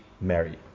Mary